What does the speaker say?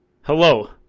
hello